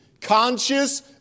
Conscious